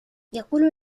يقول